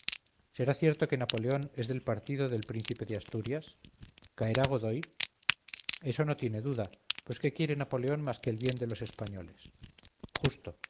será cierto que napoleón es del partido del príncipe de asturias caerá godoy eso no tiene duda pues qué quiere napoleón más que el bien de los españoles justo